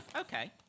okay